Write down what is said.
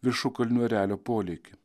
viršukalnių erelio polėkį